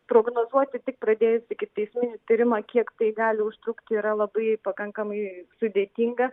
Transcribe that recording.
prognozuoti tik pradėjus ikiteisminį tyrimą kiek tai gali užtrukti yra labai pakankamai sudėtinga